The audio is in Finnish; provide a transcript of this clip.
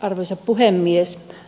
arvoisa puhemies